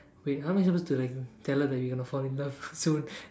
wait how I supposed to like tell her that you're going to fall in love soon